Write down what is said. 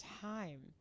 time